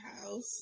house